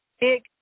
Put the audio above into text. big